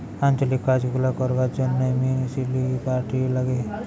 আঞ্চলিক কাজ গুলা করবার জন্যে মিউনিসিপালিটি লাগে